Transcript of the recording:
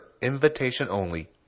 invitation-only